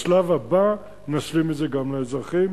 בשלב הבא נשלים את זה גם לאזרחים.